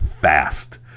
fast